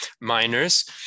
miners